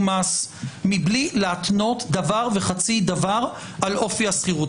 מס בלי להתנות דבר וחצי דבר על אופי השכירות?